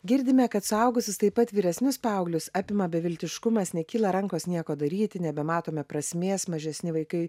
girdime kad suaugusius taip pat vyresnius paauglius apima beviltiškumas nekyla rankos nieko daryti nebematome prasmės mažesni vaikai